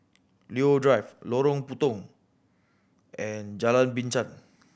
Leo Drive Lorong Puntong and Jalan Binchang